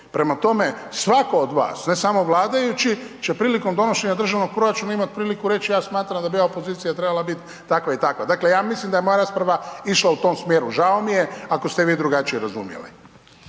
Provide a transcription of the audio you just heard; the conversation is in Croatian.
Prema tome, svatko od vas, ne samo vladajući će prilikom donošenja državnog proračuna imat priliku reći ja smatram da bi ova pozicija trebala biti takva i takva. Dakle, ja mislim da je moja rasprava išla u tom smjeru, žao mi je ako ste vi drugačije razumjeli.